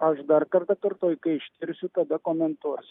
aš dar kartą kartoju kai ištirsiu tada komentuosiu